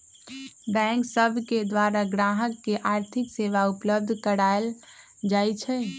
bank सब के द्वारा गाहक के आर्थिक सेवा उपलब्ध कराएल जाइ छइ